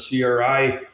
CRI